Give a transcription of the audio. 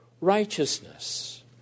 righteousness